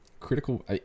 critical